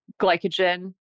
glycogen